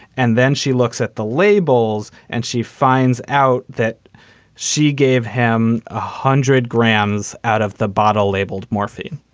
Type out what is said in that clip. and then she looks at the labels and she finds out that she gave him a hundred grams out of the bottle labeled morphine.